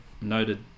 noted